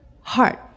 heart